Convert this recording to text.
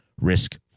risk